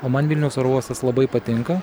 o man vilniaus oro uostas labai patinka